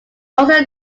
also